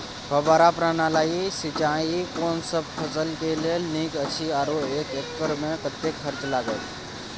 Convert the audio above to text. फब्बारा प्रणाली सिंचाई कोनसब फसल के लेल नीक अछि आरो एक एकर मे कतेक खर्च लागत?